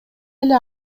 эле